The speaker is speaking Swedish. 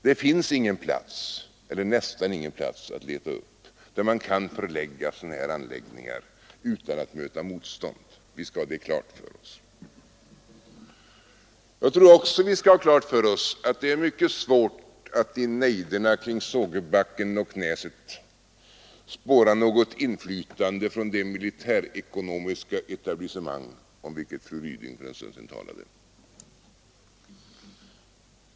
Det finns nästan ingen plats att leta upp där vi kan förlägga sådana här anläggningar utan att möta motstånd — vi skall ha det klart för oss. Vi bör också ha klart för oss att det är mycket svårt att i nejderna kring Sågebacken och Näset spåra något inflytande från det militärekonomiska etablissemang, om vilket fru Ryding för en stund sedan talade.